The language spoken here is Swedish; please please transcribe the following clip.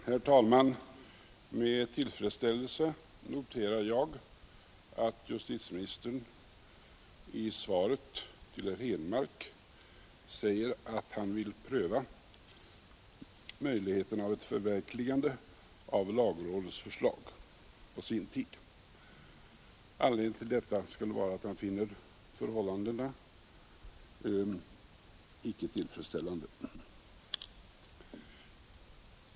Herr talman! Med glädje noterar jag att justitieministern i svaret till herr Henmark säger att han vill pröva möjligheterna av ett förverkligande av lagrådets förslag på sin tid. Anledningen till detta skulle vara att han finner förhållandena icke i alla avseenden godtagbara.